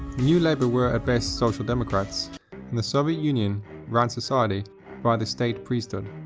new labour were at best social democrats and the soviet union ran society via the state priesthood.